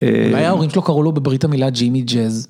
אולי ההורים שלו קראו לו בברית המילה ג'ימי ג'אז.